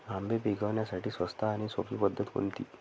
आंबे पिकवण्यासाठी स्वस्त आणि सोपी पद्धत कोणती?